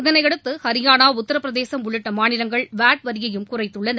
இதனையடுத்து ஹரியாளா உத்தரப் பிரதேசம் உள்ளிட்ட மாநிலங்கள் வாட் வரியையும் குறைத்துள்ளன